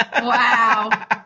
Wow